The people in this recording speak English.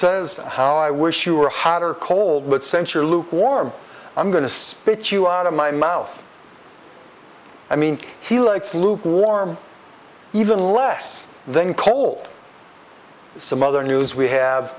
says how i wish you were hot or cold but censure lukewarm i'm going to spit you out of my mouth i mean he likes lukewarm even less than cold some other news we have